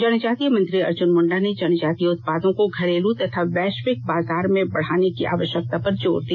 जनजातीय मंत्री अर्जुन मुंडा ने जनजातीय उत्पादों को घरेलू तथा वैश्विक बाजार में बढाने की आवश्यकता पर जोर दिया